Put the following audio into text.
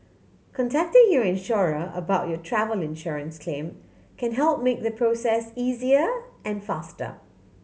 contacting your insurer about your travel insurance claim can help make the process easier and faster